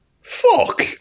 Fuck